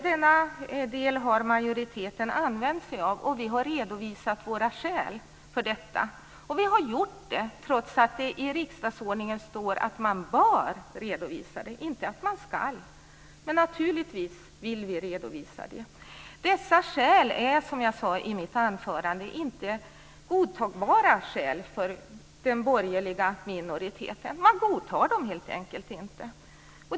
Denna del har majoriteten använt sig av, och vi har redovisat våra skäl för detta. Och vi har gjort det trots att det i riksdagsordningen står att man bör redovisa dem, inte att man ska. Men naturligtvis vill vi redovisa dem. Dessa skäl är, som jag sade i mitt anförande, inte godtagbara skäl för den borgerliga minoriteten. Man godtar dem helt enkelt inte.